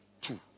Two